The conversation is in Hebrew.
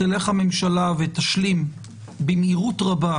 תלך הממשלה ותשלים במהירות רבה,